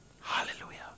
Hallelujah